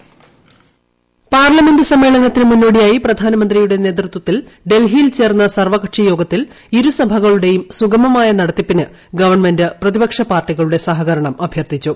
voice parliament സമ്മേളനത്തിനു മുന്നോടിയായി പ്രധാനമന്ത്രിയുടെ നേതൃത്വ ത്തിൽ ഡൽഹിയിൽ ചേർന്ന സർവ്വകക്ഷി യോഗത്തിൽ ഇരുസഭകളുടെയും സുഗമമായ നടത്തിപ്പിന് ഗവൺമെന്റ് പ്രതിപക്ഷ പാർട്ടികളുടെ സഹകരണം അഭ്യർത്ഥിച്ചു